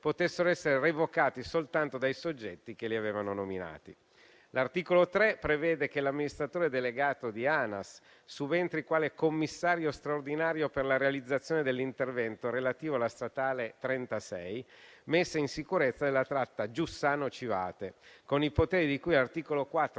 potessero essere revocati soltanto dai soggetti che li avevano nominati. L'articolo 3 prevede che l'amministratore delegato di ANAS subentri quale commissario straordinario per la realizzazione dell'intervento relativo alla strada statale SS 36 (messa in sicurezza della tratta Giussano-Civate), con i poteri di cui articolo 4,